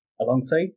Alongside